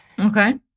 Okay